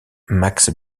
max